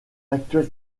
actuel